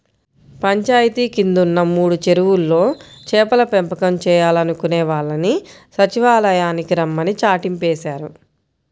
పంచాయితీ కిందున్న మూడు చెరువుల్లో చేపల పెంపకం చేయాలనుకునే వాళ్ళని సచ్చివాలయానికి రమ్మని చాటింపేశారు